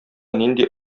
нинди